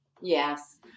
Yes